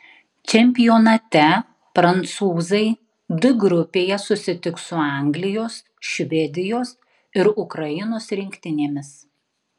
čempionate prancūzai d grupėje susitiks su anglijos švedijos ir ukrainos rinktinėmis